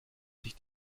sich